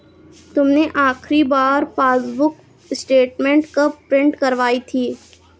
तुमने आखिरी बार पासबुक स्टेटमेंट कब प्रिन्ट करवाई थी?